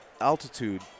altitude